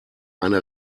eine